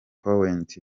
point